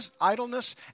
idleness